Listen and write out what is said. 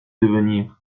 devenir